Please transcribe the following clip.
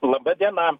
laba diena